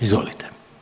Izvolite.